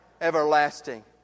everlasting